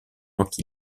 occhi